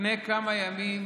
לפני כמה ימים